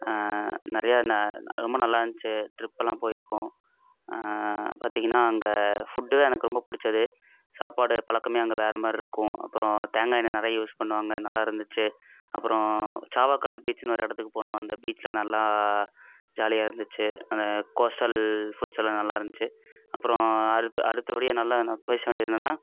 நிறையா ந ரொம்ப நல்லா இருந்துச்சு ட்ரிப்பெல்லாம் போயிருக்கோம் பார்த்திங்கனா அங்கே ஃபுட்டு தான் எனக்கு ரொம்பப் பிடிச்சது சாப்பாடுப் பழக்கமே அங்கே வேறே மாதிரி இருக்கும் அப்புறம் தேங்காய் எண்ணெயை நிறையா யூஸ் பண்ணுவாங்க நல்லா இருந்துச்சு அப்பறம் சாவாக்காடு பீச்சுன்னு ஒரு இடத்துக்குப் போனோம் அந்தப் பீச்சில் நல்லா ஜாலியாக இருந்துச்சு அங்கே கோஸ்டல் ஃபுட்ஸ் எல்லாம் நல்லா இருந்துச்சு அப்புறம் அடுத்து அடுத்தப்படியாக நல்லா நான் பேச வேண்டியது என்னன்னால்